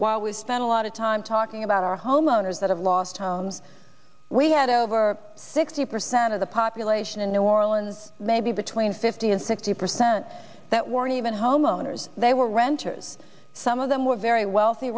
while we spend a lot of time talking about our homeowners that have lost homes we had over sixty percent of the population in new orleans maybe between fifty and sixty percent that weren't even homeowners they were renters some of them were very wealthy